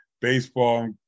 baseball